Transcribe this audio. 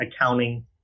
accounting